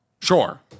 Sure